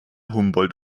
humboldt